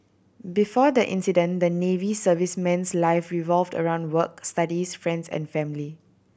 before the incident the Navy serviceman's life revolved around work studies friends and family